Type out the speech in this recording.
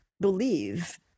believe